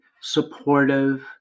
supportive